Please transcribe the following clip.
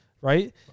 Right